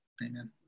Amen